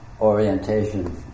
orientation